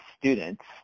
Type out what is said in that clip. students